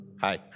Hi